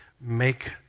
Make